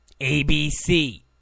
ABC